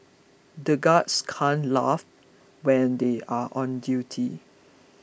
the guards can't laugh when they are on duty